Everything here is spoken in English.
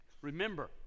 Remember